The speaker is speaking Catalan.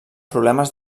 problemes